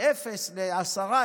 מאפס ל-10,